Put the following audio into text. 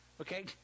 okay